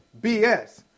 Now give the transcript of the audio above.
BS